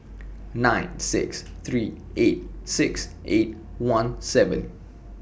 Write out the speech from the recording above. nine six three eight six eight one seven